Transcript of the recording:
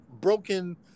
Broken